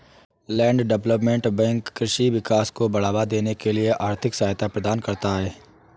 land development bank कृषि विकास को बढ़ावा देने के लिए आर्थिक सहायता प्रदान करता है